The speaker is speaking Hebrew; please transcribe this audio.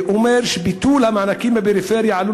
הוא אומר שביטול המענקים בפריפריה עלול